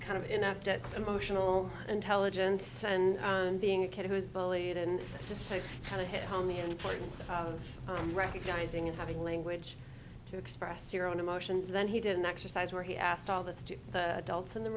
kind of enough that emotional intelligence and being a kid who was bullied and just kind of hit home the importance of time recognizing and having language to express your own emotions then he didn't exercise where he asked all this to adults in the